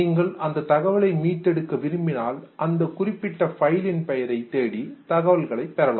நீங்கள் அந்த தகவலை மீட்டெடுக்க விரும்பினால் அந்த குறிப்பிட்ட பைலின் பெயரை தேடி தகவல்களைத் பெறலாம்